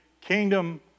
kingdom